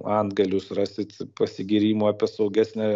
antgalius rasit pasigyrimų apie saugesnę